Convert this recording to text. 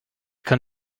kann